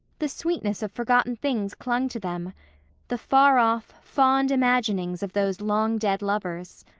the sweetness of forgotten things clung to them the far-off, fond imaginings of those long-dead lovers.